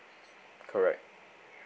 correct